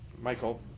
Michael